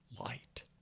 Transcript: light